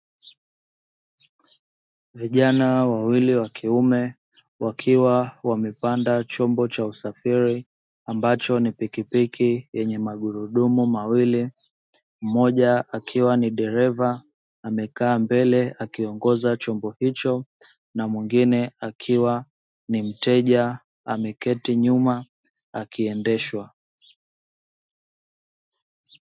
Vijana wawili wa kiume wakiwa wamepanda chombo cha usafiri ambacho ni pikipiki yenye magurudumu mawili, mmoja akiwa ni dereva amekaa mbele akiongoza chombo hicho na mwingine akiwa ni mteja ameketi nyuma akiendeshwa.